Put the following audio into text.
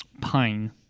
Pine